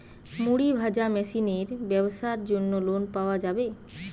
মুড়ি ভাজা মেশিনের ব্যাবসার জন্য লোন পাওয়া যাবে?